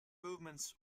movements